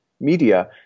media